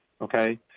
okay